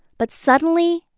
but suddenly,